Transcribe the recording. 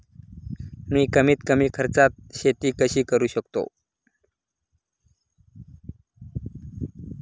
मी कमीत कमी खर्चात शेती कशी करू शकतो?